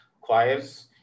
choirs